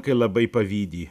kai labai pavydi